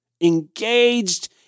engaged